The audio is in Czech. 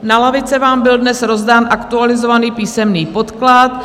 Na lavice vám byl dnes rozdán aktualizovaný písemný podklad.